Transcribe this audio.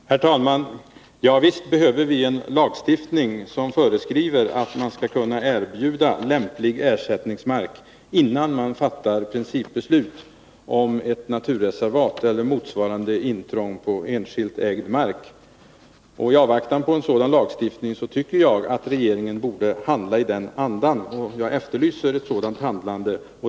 Nr 34 Herr talman! Ja visst behöver vi en lagstiftning som föreskriver att man Tisdagen den skall kunna erbjuda lämplig ersättningsmark innan man fattar principbeslut 24 november 1981 om ett naturreservat eller motsvarande intrång på enskilt ägd mark. I avvaktan på en sådan lagstiftning tycker jag att regeringen borde handla i den Om ersättningsandan. Jag efterlyser ett sådant handlande.